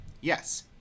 Yes